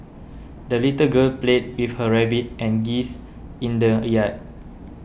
the little girl played with her rabbit and geese in the yard